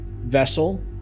vessel